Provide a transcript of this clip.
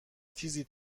تیزی